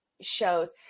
shows